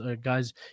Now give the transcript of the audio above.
guys